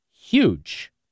huge